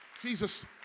Jesus